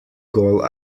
goal